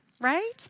right